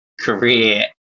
career